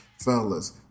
Fellas